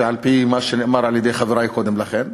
ועל-פי מה שנאמר על-ידי חברי קודם לכן,